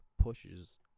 pushes